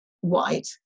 white